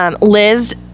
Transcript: Liz